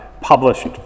published